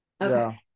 okay